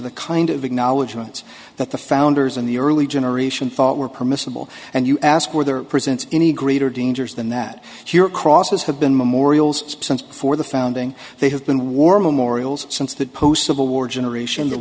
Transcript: the kind of acknowledgment that the founders in the early generation thought were permissible and you ask for their present any greater dangers than that your crosses have been memorials since before the founding they have been war memorials since that post civil war generation t